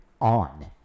on